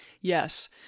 yes